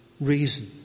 reason